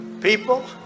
people